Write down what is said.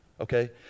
Okay